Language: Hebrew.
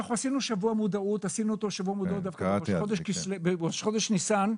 עשינו שבוע מודעות בראש חודש ניסן.